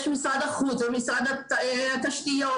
משרד החוץ ומשרד האנרגיה,